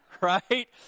right